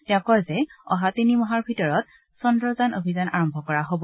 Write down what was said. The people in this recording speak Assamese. তেওঁ কয় যে অহা তিনিমাহৰ ভিতৰত চন্দ্ৰযান অভিযান আৰম্ভ কৰা হব